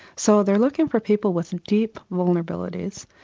so they're looking for people with deep vulnerabilities,